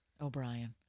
O'Brien